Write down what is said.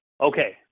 Okay